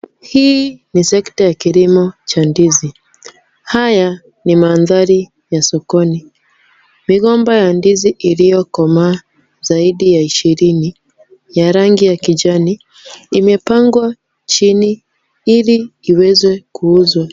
Hii ni sekta ya kilimo cha ndizi. Haya ni mandhari ya sokoni. Migomba ya ndizi iliyokomaa zaidi ya ishirini ya rangi ya kijani, imepangwa chini ili iweze kuuzwa.